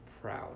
proud